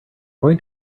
going